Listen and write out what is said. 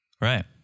right